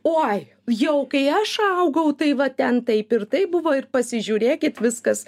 oi jau kai aš augau tai va ten taip ir taip buvo ir pasižiūrėkit viskas